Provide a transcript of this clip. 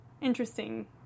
interesting